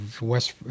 West